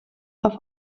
auf